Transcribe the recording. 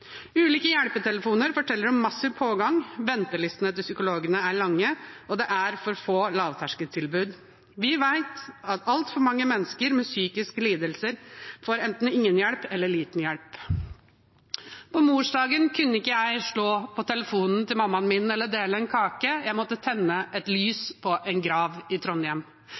Ulike hjelpetelefoner forteller om massiv pågang, ventelistene til psykologene er lange, og det er for få lavterskeltilbud. Vi vet at altfor mange mennesker med psykiske lidelser får enten ingen hjelp eller liten hjelp. På morsdagen kunne ikke jeg slå på tråden til mammaen min eller dele en kake – jeg måtte tenne et lys på en grav i Trondheim.